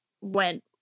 went